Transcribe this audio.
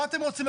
מה אתם רוצים,